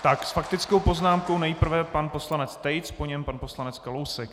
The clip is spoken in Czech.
S faktickou poznámkou nejprve pan poslanec Tejc, po něm pan poslanec Kalousek.